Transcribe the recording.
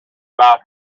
about